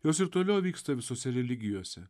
jos ir toliau vyksta visose religijose